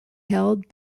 held